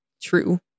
true